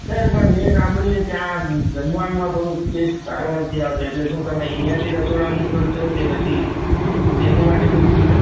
sir પણ મેં સાંભળ્યું છે ત્યાં જમવાનમાં થોડોક ટેસ્ટ સારો નથી આવતો તો શું તમે અહીંયાથી રસોડા મોકલશો કે પછી એની માટે કોઈ સુવિધા